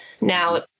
Now